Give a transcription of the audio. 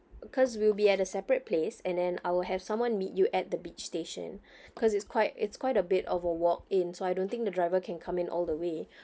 because we'll be at a separate place and then I will have someone meet you at the beach station because it's quite it's quite a bit of a walk in so I don't think the driver can come in all the way